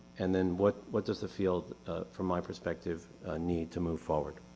and then what what does the field from my perspective need to move forward?